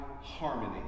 harmony